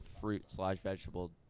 fruit-slash-vegetable